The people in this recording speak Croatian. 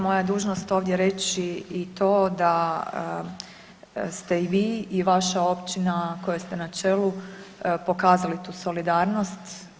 Moja je dužnost ovdje reći i to da ste i vi i vaša općina kojoj ste na čelu pokazali tu solidarnost.